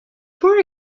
for